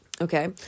Okay